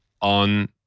on